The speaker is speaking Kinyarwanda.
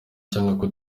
cyangwa